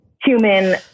human